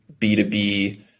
B2B